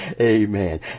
Amen